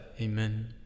Amen